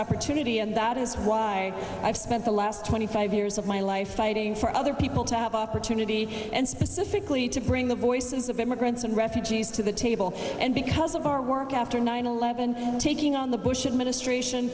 opportunity and that is why i spent the last twenty five years of my life fighting for other people to have opportunity and specifically to bring the voices of immigrants and refugees to the table and because of our work after nine eleven taking on the bush administration